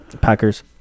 Packers